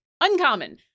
Uncommon